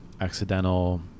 accidental